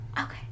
Okay